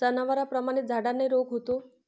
जनावरांप्रमाणेच झाडांनाही रोग होतो